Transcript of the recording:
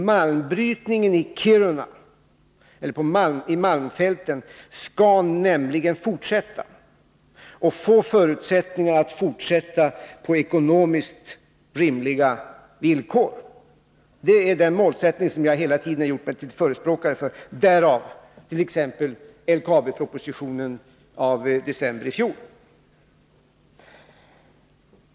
Malmbrytningen i malmfälten skall nämligen fortsätta och får också förutsättningar att fortsätta på ekonomiskt rimliga villkor. Det är den målsättning som jag hela tiden gjort mig till förespråkare för, och det ligger t.ex. bakom LKAB propositionen i december i fjol.